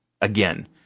again